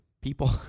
people